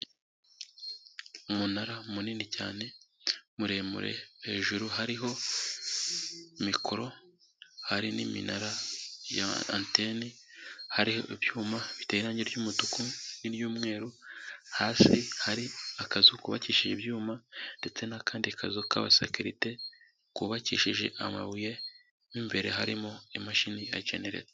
Umunara munini cyane, muremure, hejuru hariho mikoro, hari n'iminara ya antene, hariho ibyuma biteye irangi ry'umutuku n'iry'umweru, hasi hari akazu kubakishije ibyuma ndetse n'akandi kazu k'abasakirite kubakishije amabuye, mu imbere harimo imashini ya jenereta.